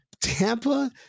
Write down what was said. Tampa